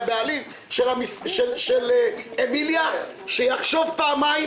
הבעלים של אמיליה שיחשוב פעמיים.